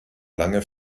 lange